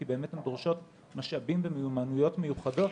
כי הן באמת דורשות משאבים ומיומנויות מיוחדות,